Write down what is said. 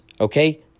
Okay